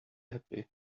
happy